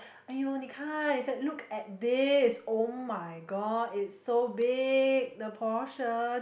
!aiyo! 你看 is like look at this [oh]-my-god it's so big the portion